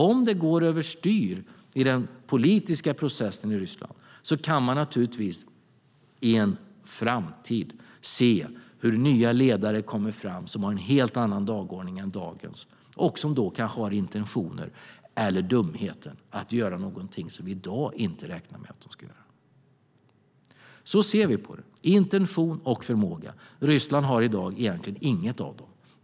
Om det går över styr i den politiska processen i Ryssland kommer vi naturligtvis i en framtid att se hur nya ledare stiger fram som har en helt annan dagordning än dagens och som då har intentionen, eller dumheten, att göra något som vi i dag inte räknar med att de ska göra. Det handlar om intention och förmåga. Ryssland har i dag egentligen inget av dem.